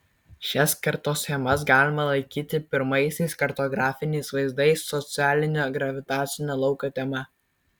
šias kartoschemas galima laikyti pirmaisiais kartografiniais vaizdais socialinio gravitacinio lauko tema